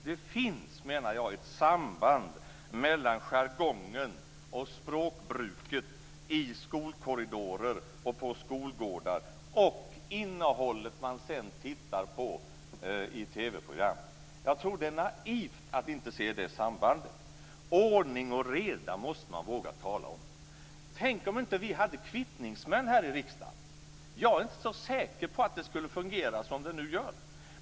Det finns, menar jag, ett samband mellan jargongen och språkbruket i skolkorridorer och på skolgårdar och innehållet i de TV-program som man sedan tittar på. Det är naivt att inte se det sambandet. Ordning och reda måste man våga tala om. Tänk om vi inte hade kvittningsmän här i riksdagen. Jag är inte säker på att det skulle fungera som det nu gör.